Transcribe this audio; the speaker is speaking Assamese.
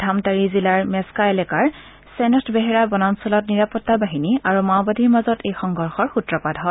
ধামটাৰি জিলাৰ মেছকা এলেকাৰ ছেনথ বেহেৰা বনাঞ্চলত নিৰাপত্তা বাহিনী আৰু মাওবাদীৰ মাজত এই সংঘৰ্ষৰ সূত্ৰপাত হয়